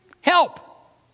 Help